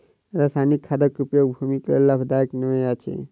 रासायनिक खादक उपयोग भूमिक लेल लाभदायक नै अछि